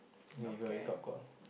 I give you wake up call